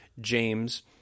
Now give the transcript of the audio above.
James